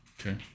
okay